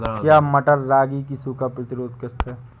क्या मटर रागी की सूखा प्रतिरोध किश्त है?